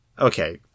okay